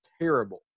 terrible